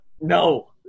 No